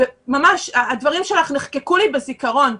ממש הדברים שלך נחקקו לי בזיכרון: